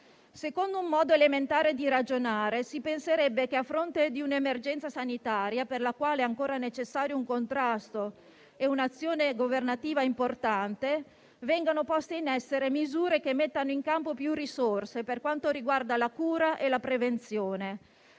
Secondo un modo elementare di ragionare si penserebbe che, a fronte di un'emergenza sanitaria per la quale ancora è necessario un contrasto e un'azione governativa importante, vengano poste in essere misure che mettano in campo maggiori risorse per quanto riguarda la cura e la prevenzione.